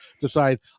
decide